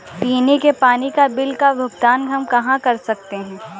पीने के पानी का बिल का भुगतान हम कहाँ कर सकते हैं?